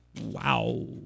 Wow